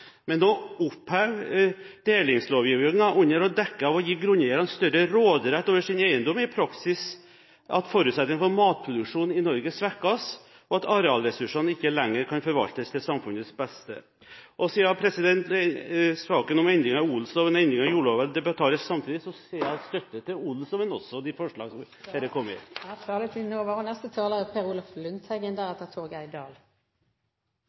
Men å oppheve delingsforbudet under dekke av å gi grunneierne større råderett over sin eiendom, betyr i praksis at forutsetningene for matproduksjon i Norge svekkes, og at arealressursene ikke lenger kan forvaltes til samfunnets beste. Siden saken om endringer i odelsloven og endringer i jordloven debatteres samtidig, gir jeg min støtte til de endringer som er foreslått i odelsloven. Odelsloven er en privatrettslig lov i motsetning til jordloven og konsesjonsloven. Det er